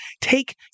take